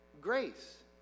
grace